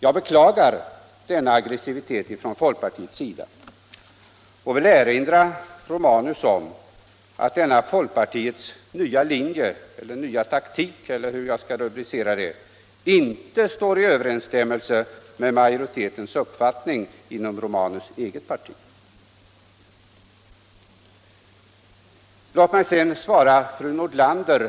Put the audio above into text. Jag beklagar denna aggressivitet från folkpartiet och vill erinra herr Romanus om att denna folkpartiets nya linje — eller taktik, eller hur jag skall rubricera det — inte står i överensstämmelse med majoritetens uppfattning inom herr Romanus eget parti. Låt mig sedan svara fru Nordlander.